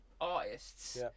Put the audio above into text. artists